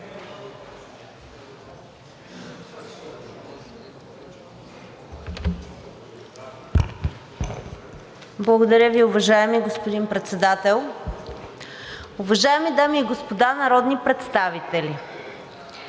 Благодаря Ви, уважаеми господин Председател. Уважаеми дами и господа народни представители!